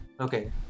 Okay